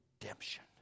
redemption